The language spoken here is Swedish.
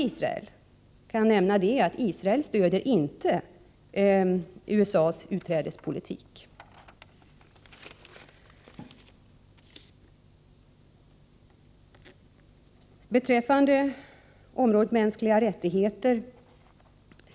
Jag kan nämna att Israel inte stöder USA:s politik när det gäller utträdet ur UNESCO.